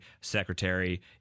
Secretary